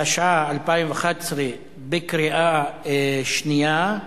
התשע"א 2011, בקריאה שנייה.